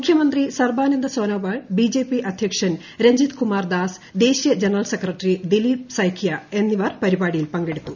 മുഖ്യമന്ത്രി സർബാനന്ദ സോനോവാൾ ബിജെപി അധ്യക്ഷൻ രഞ്ജിത് കുമാർ ദാസ് ദേശീയ ജനറൽ സെക്രട്ടറി ദിലീപ് സൈകിയ എന്നിവർ പരിപാടിയിൽ പങ്കെടുത്തു